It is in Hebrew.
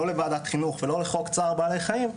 לא לוועדת החינוך ולא לחוק צער בעלי חיים,